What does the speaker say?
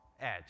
Edge